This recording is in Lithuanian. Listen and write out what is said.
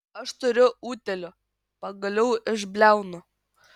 aš turiu utėlių pagaliau išbliaunu